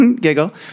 Giggle